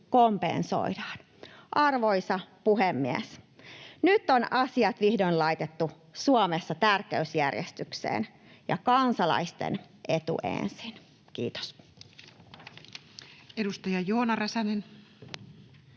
kompensoidaan. Arvoisa puhemies! Nyt on asiat vihdoin laitettu Suomessa tärkeysjärjestykseen ja kansalaisten etu ensin. — Kiitos.